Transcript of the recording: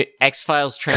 X-Files